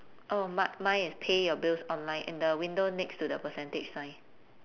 oh m~ my is pay your bills online and the window next to the percentage sign